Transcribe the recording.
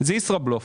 זה ישראבלופ.